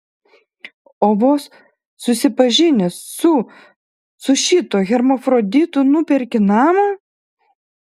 o vos susipažinęs su su šituo hermafroditu nuperki namą